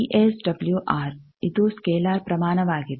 V S W R ಇದೂ scalar ಪ್ರಮಾಣವಾಗಿದೆ